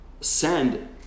send